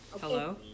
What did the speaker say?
Hello